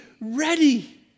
ready